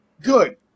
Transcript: Good